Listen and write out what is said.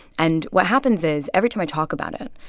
and what happens is every time i talk about it,